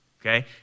Okay